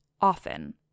often